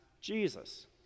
Jesus